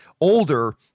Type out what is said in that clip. older